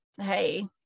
Hey